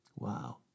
Wow